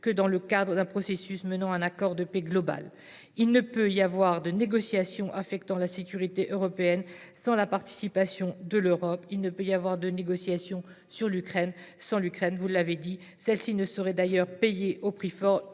que dans le cadre d’un processus menant à un accord de paix global. Il ne peut y avoir de négociations affectant la sécurité européenne sans la participation de l’Europe. Il ne peut y avoir de négociations sur l’Ukraine sans l’Ukraine. Celle ci ne saurait d’ailleurs payer au prix fort